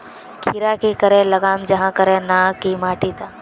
खीरा की करे लगाम जाहाँ करे ना की माटी त?